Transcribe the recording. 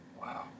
Wow